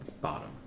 bottom